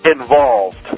involved